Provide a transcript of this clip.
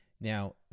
Now